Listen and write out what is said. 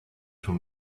sul